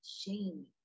shame